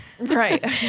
Right